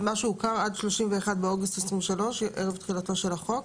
מה שהוכר עד 31 באוגוסט 2023, ערב תחילתו של החוק.